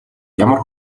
ямар